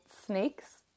snakes